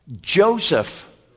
joseph